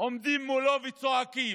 עומדים מולו וצועקים.